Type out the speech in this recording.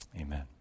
Amen